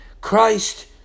Christ